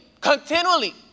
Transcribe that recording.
continually